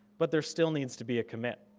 but there still needs to be a commit.